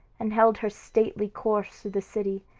and held her stately course through the city,